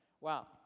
Wow